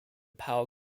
power